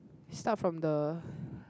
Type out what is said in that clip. start from the